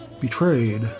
Betrayed